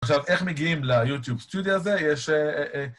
עכשיו, איך מגיעים ליוטיוב סטודיו הזה? יש...